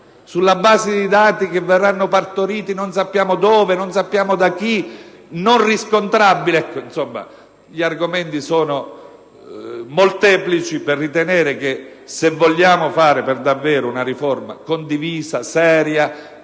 Sulla base di dati che verranno partoriti non sappiamo dove o da chi, dati non riscontrabili? Insomma, gli argomenti sono molteplici per ritenere che se vogliamo fare per davvero una riforma condivisa, seria,